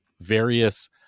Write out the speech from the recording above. various